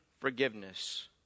forgiveness